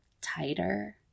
tighter